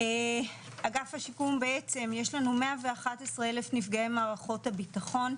אגף השיקום בעצם יש לנו 111,000 נפגעי מערכות הביטחון,